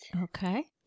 Okay